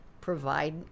provide